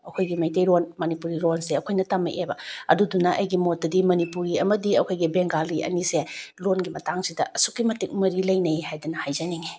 ꯑꯩꯈꯣꯏꯒꯤ ꯃꯩꯇꯩ ꯂꯣꯟ ꯃꯅꯤꯄꯨꯔꯤ ꯂꯣꯟ ꯁꯦ ꯑꯩꯈꯣꯏꯅ ꯇꯝꯃꯛꯑꯦꯕ ꯑꯗꯨꯗꯨꯅ ꯑꯩꯒꯤ ꯃꯣꯠꯇꯗꯤ ꯃꯅꯤꯄꯨꯔꯤ ꯑꯃꯗꯤ ꯑꯩꯈꯣꯏꯒꯤ ꯕꯦꯡꯒꯥꯂꯤ ꯑꯅꯤꯁꯦ ꯂꯣꯟꯒꯤ ꯃꯇꯥꯡꯁꯤꯗ ꯑꯁꯨꯛꯀꯤ ꯃꯇꯤꯛ ꯃꯔꯤ ꯂꯩꯅꯩ ꯍꯥꯏꯗꯅ ꯍꯥꯏꯖꯅꯤꯡꯏ